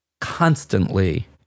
constantly